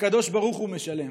הקדוש ברוך הוא משלם.